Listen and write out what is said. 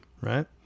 right